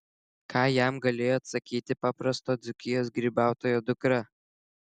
ką jam galėjo atsakyti paprasto dzūkijos grybautojo dukra